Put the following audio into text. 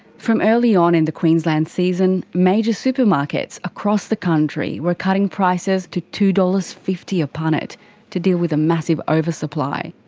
from early on in the queensland season, major supermarkets across the country were cutting prices to two dollars. fifty a punnet to deal with a massive oversupply.